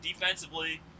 defensively